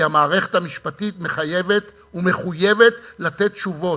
כי המערכת המשפטית מחייבת ומחויבת לתת תשובות.